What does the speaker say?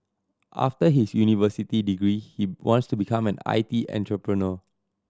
after his university degree he wants to become an I T entrepreneur